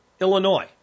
Illinois